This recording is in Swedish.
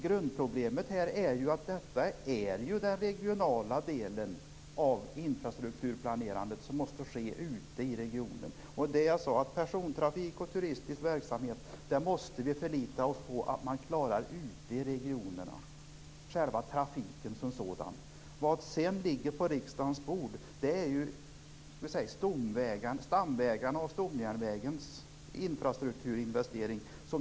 Grundproblemet är att det rör den regionala delen av infrastrukturplanerandet, som måste ske ute i regionen. Vi måste förlita oss till att man klarar persontrafik och turistisk verksamhet ute i regionerna. De ärenden som ligger på riksdagens bord gäller infrastrukturinvesteringar i stamvägarna och stomjärnvägarna.